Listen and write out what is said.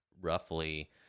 roughly